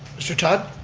mr. todd?